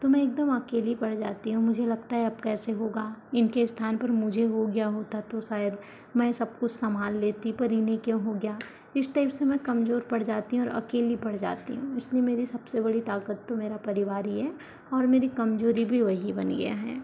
तो मैं एकदम अकेली पड़ जाती हूँ मुझे लगता है अब कैसे होगा इनके स्थान पर मुझे हो गया होता तो शायद मैं सब कुछ संभाल लेती पर इन्हें क्यों हो गया इस टाइप से मैं कमज़ोर पड़ जाती हूँ और अकेली पड़ जाती हूँ इसलिए मेरी सबसे बड़ी ताकत तो मेरा परिवार ही है और मेरी कमज़ोरी भी वही बन गया है